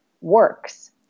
works